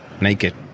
naked